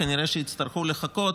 כנראה יצטרכו לחכות,